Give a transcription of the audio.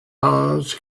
hours